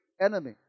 enemy